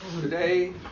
Today